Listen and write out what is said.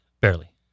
barely